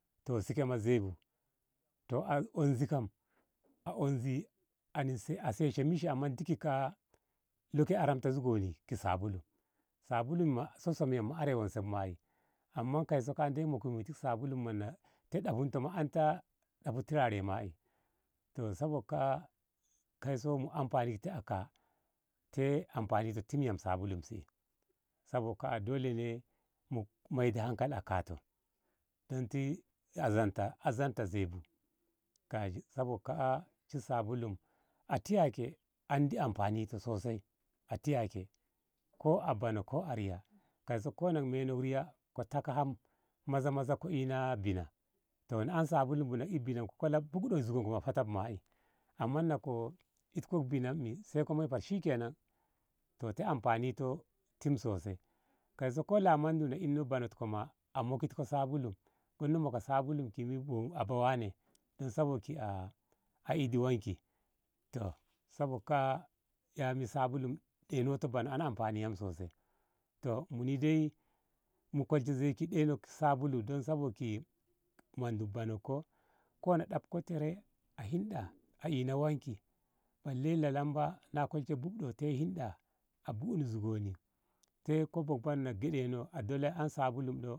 Toh si ke ma zei bu toh a onzhi kam a onzhi a seshi mishi amma duk ki ka. a lo ke a ramta zugonni ki sabulu sabulu ma so yo yam are wonse bu ma. e amma kaiso ka. a ndeyi mokmu ti sabulu ma te ɗahu to ana ta turare ma. e toh sabok ka. a kaiso mu amfani ki aka te anfani toh tim yam sabulu e sabok ka. a dole ne mu maida hankali aka toh don si azamta zei bu sabok ka. a si sabulu atiya ke andi anfani toh sosai atiya ke ko a banoh ko a riya kaiso ko na ko menok riya ko taka ham ko ina maza maza ko ina bina na an sabulu bu na e bina ko kola bukɗo zugonko hata bu ma. e amma na ko itko binan sai ko moyi s shikenan toh te anfani toh tim sosai kaiso ko lamandu na isno banotko ma a mokitko sabulu gonno moka sabulu a su abba wane don sabok a ina wanki toh sabok ka. a ei mu sabulu ɗeinok ni banoh an anfani yam sosai toh muni dai mu kolshe zei ki ɗeinok sabulu don sabok mandu banko ko na ɗafko tere a hinɗa a ina wanki balle lalamba na kolshe bukɗo te a hinɗe a buɗ ni zugonni te ko babanoh na gyaɗe no a dola ta an sabulu ɗo.